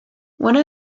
one